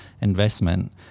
investment